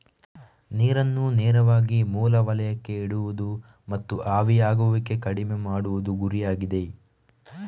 ನೀರನ್ನು ನೇರವಾಗಿ ಮೂಲ ವಲಯಕ್ಕೆ ಇಡುವುದು ಮತ್ತು ಆವಿಯಾಗುವಿಕೆ ಕಡಿಮೆ ಮಾಡುವುದು ಗುರಿಯಾಗಿದೆ